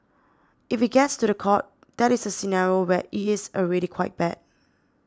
if it gets to the court that is a scenario where it is already quite bad